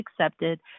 accepted